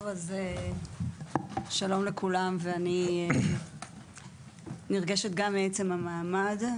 טוב, אז שלום לכולם, ואני נרגשת גם מעצם המעמד.